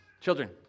Children